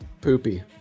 Poopy